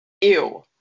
Ew